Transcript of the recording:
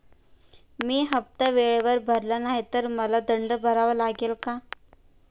मी हफ्ता वेळेवर भरला नाही तर मला दंड भरावा लागेल का?